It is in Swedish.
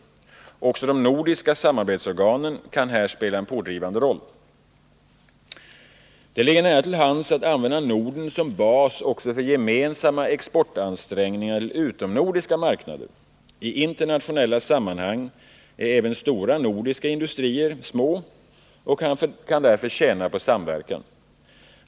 Också de nordiska samarbetsorganen kan här spela en pådrivande roll. Det ligger nära till hands att använda Norden som bas också för gemensamma exportansträngningar till utomnordiska marknader. I internationella sammanhang är även stora nordiska industrier små och kan därför tjäna på samverkan.